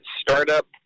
startup